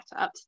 setups